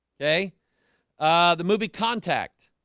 okay the movie contact